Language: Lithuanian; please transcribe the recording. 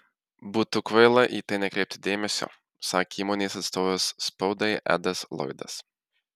būtų kvaila į tai nekreipti dėmesio sakė įmonės atstovas spaudai edas loydas